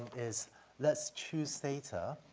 is let's choose theta